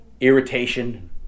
irritation